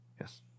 Yes